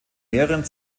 mehreren